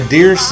Dear